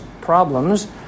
problems